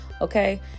Okay